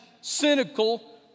cynical